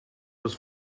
was